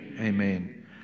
Amen